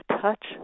touch